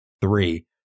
three